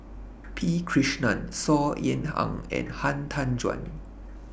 P Krishnan Saw Ean Ang and Han Tan Juan